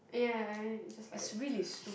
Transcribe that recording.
yeah I it's just like